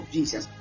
Jesus